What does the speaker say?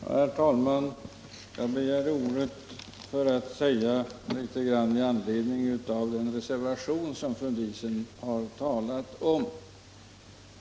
Herr talman! Jag begärde ordet för att säga något i anledning av den reservation som fru Diesen har talat om.